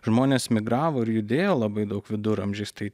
žmonės migravo ir judėjo labai daug viduramžiais tai